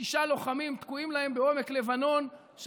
לשישה לוחמים שתקועים להם בעומק לבנון,